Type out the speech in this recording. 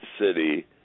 city